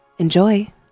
Enjoy